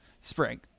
spring